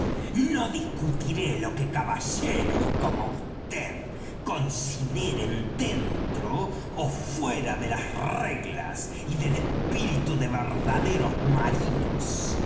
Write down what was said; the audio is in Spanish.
no discutiré lo que caballeros como vd consideren dentro ó fuera de las reglas y del espíritu de verdaderos marinos